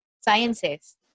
sciences